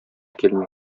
килми